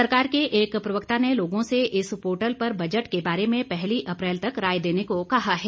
सरकार के एक प्रवक्ता ने लोगों से इस पोर्टल पर बजट के बारे में पहली अप्रैल तक राय देने को कहा है